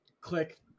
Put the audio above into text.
click